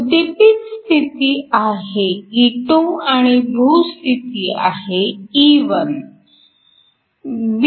उद्दीपित स्थिती आहे E2 आणि भू स्थिती आहे E1